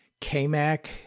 KMac